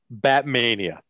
batmania